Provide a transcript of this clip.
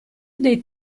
dei